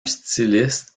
styliste